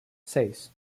seis